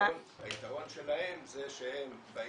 היתרון שלהם זה שהם באים,